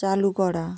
চালু করা